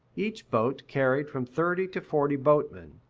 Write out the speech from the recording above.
each boat carried from thirty to forty boatmen,